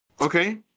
Okay